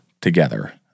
together